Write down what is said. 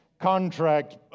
contract